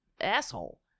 asshole